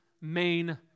main